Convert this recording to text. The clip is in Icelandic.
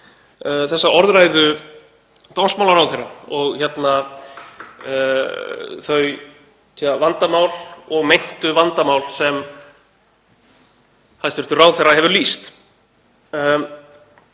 þessa orðræðu dómsmálaráðherra og þau vandamál og meintu vandamál sem hæstv. ráðherra hefur lýst.